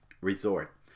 Resort